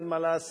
אין מה לעשות,